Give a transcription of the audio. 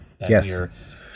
yes